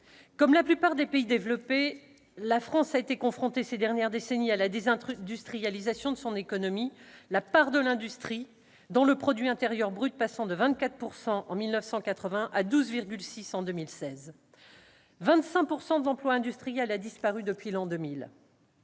comme la plupart des pays développés, la France a été confrontée, ces dernières décennies, à la désindustrialisation de son économie, la part de l'industrie dans le produit intérieur brut passant de 24 % en 1980 à 12,6 % en 2016. Depuis l'an 2000, 25 % de l'emploi industriel a disparu. Si ce